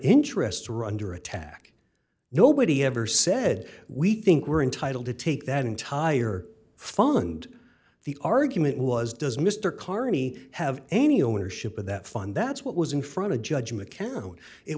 interests are under attack nobody ever said we think we're entitled to take that entire fund the argument was does mr carney have any ownership of that fund that's what was in front of judge